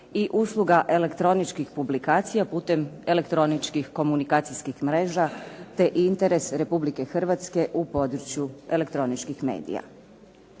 i usluga elektroničkih publikacija putem elektroničkih komunikacijskih mreža te interes Republike Hrvatske u području elektroničkih medija.